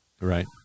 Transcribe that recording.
Right